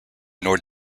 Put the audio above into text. nor